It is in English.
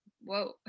whoa